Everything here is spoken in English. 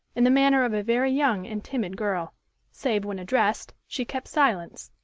in the manner of a very young and timid girl save when addressed, she kept silence,